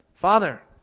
Father